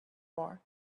war